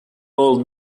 old